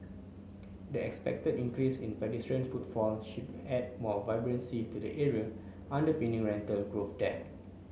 the expected increase in pedestrian footfall should add more vibrancy to the area underpinning rental growth there